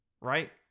Right